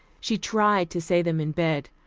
she tried to say them in bed,